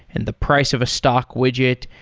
and the price of a stock widget,